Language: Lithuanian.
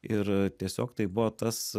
ir tiesiog tai buvo tas